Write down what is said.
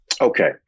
Okay